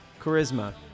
charisma